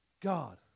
God